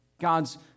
God's